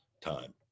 time